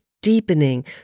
deepening